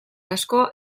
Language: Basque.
asko